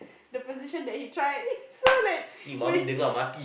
the position that he tried so like when